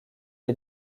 est